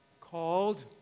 Called